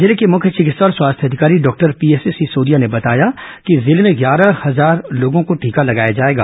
जिले के मुख्य चिकित्सा और स्वास्थ्य अधिकारी डॉक्टर पीएस सिसोदिया ने बताया कि जिले में ग्यारह हजार लोगों को टीका लगाया जाएगा